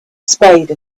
spade